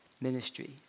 ministry